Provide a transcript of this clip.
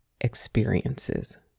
experiences